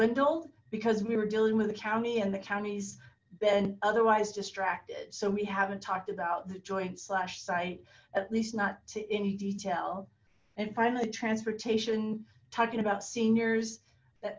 dwindled because we were dealing with the county and the counties been otherwise distracted so we haven't talked about the joint slash site at least not to any detail and finally transportation talking about seniors